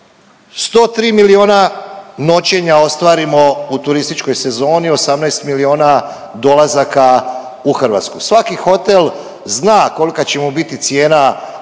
103 milijuna noćenja ostvarimo u turističkoj sezoni, 18 milijuna dolazaka u Hrvatsku. Svaki hotel zna kolika će mu biti cijena